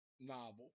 novel